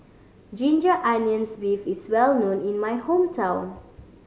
ginger onions beef is well known in my hometown